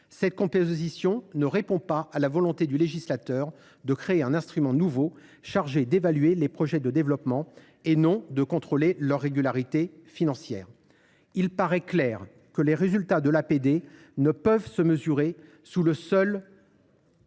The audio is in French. cette composition ne répond pas à la volonté du législateur de créer un instrument nouveau chargé d’évaluer les projets de développement et non de contrôler leur régularité financière. Clairement, les résultats de l’APD ne peuvent se mesurer seulement,